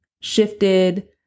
shifted